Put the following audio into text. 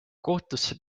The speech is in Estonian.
kohtusse